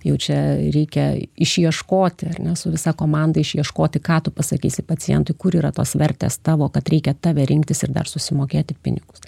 jau čia reikia išieškoti ar ne su visa komanda išieškoti ką tu pasakysi pacientui kur yra tos vertės tavo kad reikia tave rinktis ir dar susimokėti pinigus